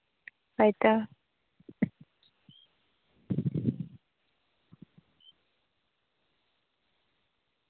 ᱦᱳᱭ ᱛᱚ